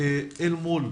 אל מול